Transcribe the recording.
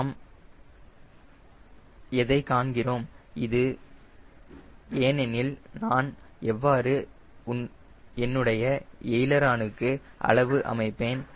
நாம் எதைக் காண்கிறோம் இது ஏனெனில் நான் எவ்வாறு என்னுடைய எய்லரான் க்கு அளவு அமைப்பேன்